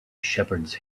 shepherds